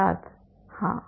छात्र हाँ